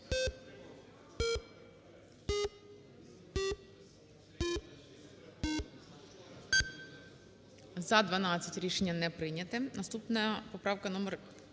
За-17 Рішення не прийнято. Наступна поправка - номер